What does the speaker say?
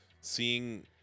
seeing